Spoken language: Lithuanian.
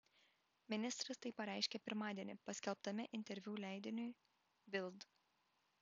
ministras tai pareiškė pirmadienį paskelbtame interviu leidiniui bild